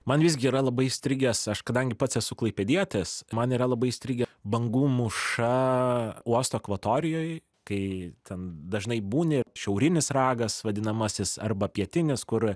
man visgi yra labai įstrigęs aš kadangi pats esu klaipėdietis man yra labai įstrigę bangų mūša uosto akvatorijoj kai ten dažnai būni šiaurinis ragas vadinamasis arba pietinis kur